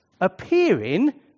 appearing